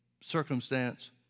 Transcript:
circumstance